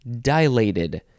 dilated